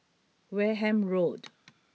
Wareham Road